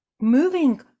moving